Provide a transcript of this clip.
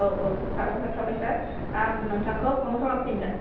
औ औ साबायखर थाबाय सार आं नोंथांखौ फन खालामफिनगोन